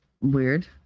Weird